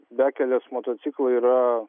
bekelės motociklą yra